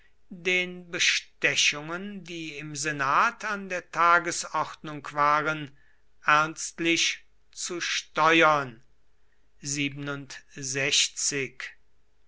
den bestechungen die im senat an der tagesordnung waren ernstlich zu steuern